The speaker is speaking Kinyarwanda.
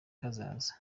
kazaza